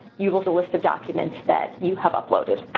you build a list of documents that you have uploaded.